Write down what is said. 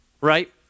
right